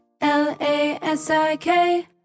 L-A-S-I-K